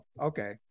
okay